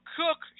cook